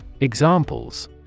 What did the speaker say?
Examples